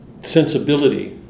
sensibility